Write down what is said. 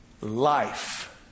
life